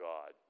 God